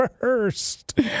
first